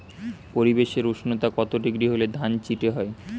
পরিবেশের উষ্ণতা কত ডিগ্রি হলে ধান চিটে হয়?